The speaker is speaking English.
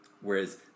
Whereas